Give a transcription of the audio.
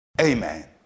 amen